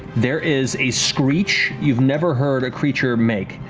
there is a screech you've never heard a creature make.